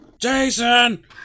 jason